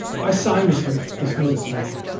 i signed this ah this notice of motion.